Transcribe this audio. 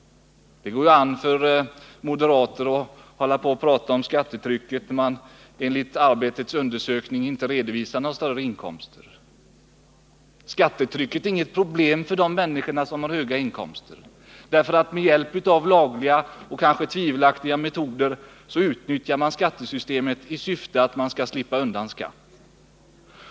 Det går an för moderaterna att prata om skattetrycket, men skattetrycket är inte något problem för de människor som har höga inkomster men som enligt tidningen Arbetets undersökning inte redovisar några sådana. Med hjälp av lagliga och kanske tvivelaktiga metoder utnyttjar man skattesystemet i syfte att slippa undan skatt.